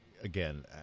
again